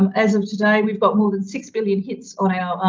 um as of today, we've got more than six billion hits on